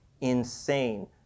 insane